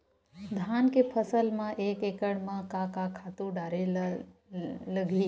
धान के फसल म एक एकड़ म का का खातु डारेल लगही?